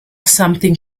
something